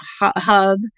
hub